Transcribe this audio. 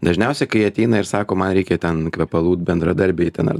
dažniausia kai ateina ir sako man reikia ten kvepalų bendradarbei ten ar